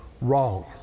wrong